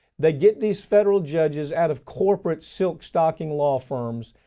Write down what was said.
they get these federal judges out of corporate silk stocking law firms.